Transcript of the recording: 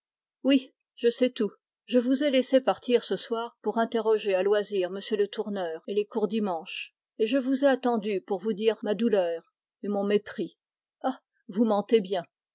oui je sais tout je vous ai laissé partir ce soir pour interroger à loisir m le tourneur et les courdimanche et je vous ai attendu pour vous